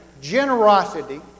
generosity